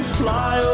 fly